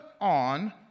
on